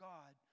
God